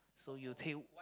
so you take